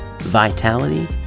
vitality